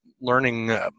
learning